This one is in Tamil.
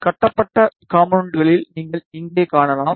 கட்டப்பட்ட காம்போனென்ட்களில் நீங்கள் இங்கே காணலாம்